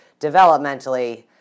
developmentally